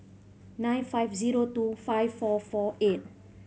nine five zero two five four four eight